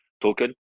token